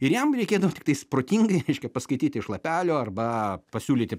ir jam reikėdavo tiktais protingai reiškia paskaityti iš lapelio arba pasiūlyti